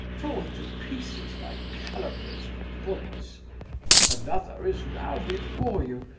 torn to pieces by calumnies and bullets another is now before you,